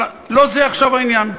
אבל לא זה עכשיו העניין.